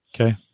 Okay